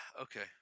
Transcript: Okay